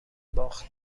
باخت